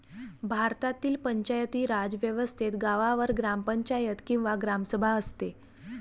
भारतातील पंचायती राज व्यवस्थेत गावावर ग्रामपंचायत किंवा ग्रामसभा असते